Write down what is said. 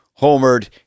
homered